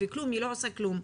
היא לא עושה כלום.